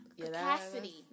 Capacity